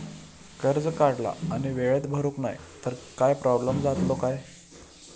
कर्ज काढला आणि वेळेत भरुक नाय तर काय प्रोब्लेम जातलो काय?